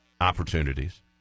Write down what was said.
opportunities